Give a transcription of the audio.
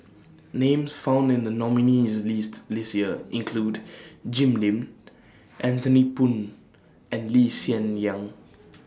Names found in The nominees' list This Year include Jim Lim Anthony Poon and Lee Hsien Yang